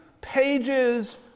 pages